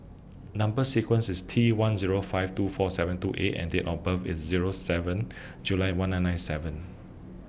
Number sequence IS T one Zero five two four seven two A and Date of birth IS Zero seven July one nine nine seven